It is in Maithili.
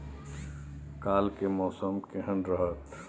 काल के मौसम केहन रहत?